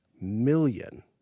million